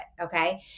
Okay